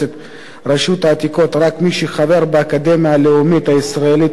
רשות העתיקות רק מי שחבר באקדמיה הלאומית הישראלית למדעים.